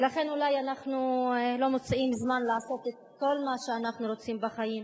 ולכן אולי אנחנו לא מוצאים זמן לעשות את כל מה שאנחנו רוצים בחיים,